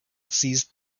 seized